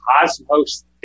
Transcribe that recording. cosmos